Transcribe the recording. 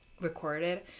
recorded